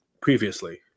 previously